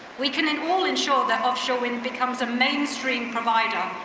we can in all ensure that offshore wind becomes a mainstream provider,